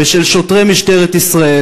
ושל שוטרי משטרת ישראל,